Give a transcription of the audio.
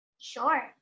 Sure